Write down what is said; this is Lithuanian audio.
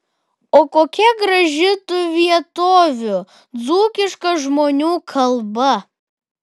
o kokia graži tų vietovių dzūkiška žmonių kalba